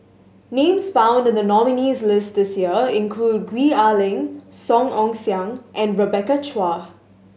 names found in the nominees' list this year include Gwee Ah Leng Song Ong Siang and Rebecca Chua